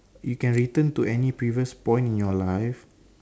you can return to any previous point in your life